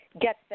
get